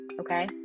okay